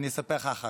ספר לנו איך הייחוס.